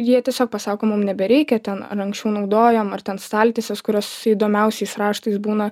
jie tiesiog pasako mum nebereikia ten ar anksčiau naudojom ar ten staltiesės kurios su įdomiausiais raštais būna